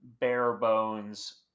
bare-bones